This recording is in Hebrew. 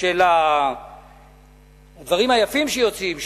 של הדברים היפים שיוצאים,